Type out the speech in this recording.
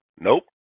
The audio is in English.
Nope